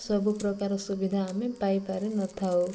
ସବୁପ୍ରକାର ସୁବିଧା ଆମେ ପାଇପାରିନଥାଉ